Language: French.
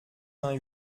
vingt